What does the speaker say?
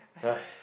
!haiya!